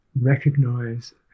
recognize